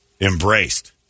embraced